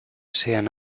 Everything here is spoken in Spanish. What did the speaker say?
sean